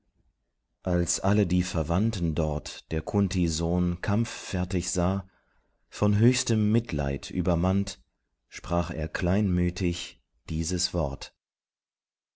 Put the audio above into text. als alle die verwandten dort der kunt sohn kampffertig sah von höchstem mitleid übermannt sprach er kleinmütig dieses wort